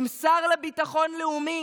עם שר לביטחון לאומי